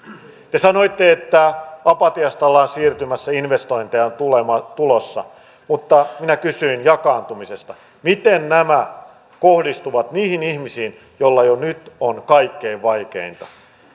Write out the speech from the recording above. te sanoitte että apatiasta ollaan siirtymässä investointeja on tulossa mutta minä kysyin jakaantumisesta miten nämä kohdistuvat niihin ihmisiin joilla jo nyt on kaikkein vaikeinta